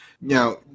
Now